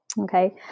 okay